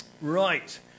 Right